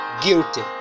guilty